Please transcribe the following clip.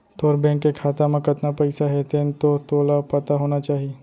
तोर बेंक के खाता म कतना पइसा हे तेन तो तोला पता होना चाही?